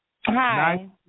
Hi